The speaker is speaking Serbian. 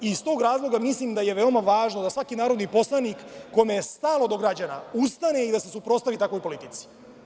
Iz tog razloga mislim da je veoma važno da svaki narodni poslanik, kome je stalo do građana, ustane i da se suprostavi takvoj politici.